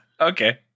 Okay